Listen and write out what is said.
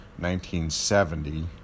1970